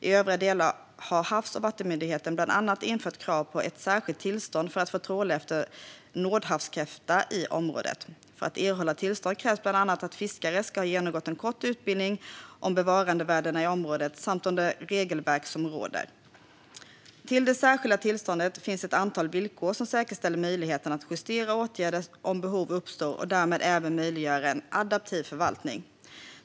I övriga delar har Havs och vattenmyndigheten bland annat infört krav på ett särskilt tillstånd för att fiskare ska få tråla efter nordhavskräfta i området. För att erhålla tillstånd krävs bland annat att fiskare ska ha genomgått en kort utbildning om bevarandevärdena i området samt om det regelverk som råder. Till de särskilda tillstånden finns ett antal villkor som säkerställer möjligheten att justera åtgärder om behov uppstår och därmed även möjliggöra en adaptiv förvaltning.